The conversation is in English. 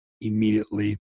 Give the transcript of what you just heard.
immediately